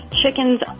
Chickens